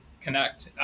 connect